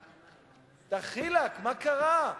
דחילק, מה קרה?